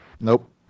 Nope